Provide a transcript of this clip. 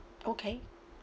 okay